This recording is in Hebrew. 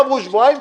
אם עברו שבועיים,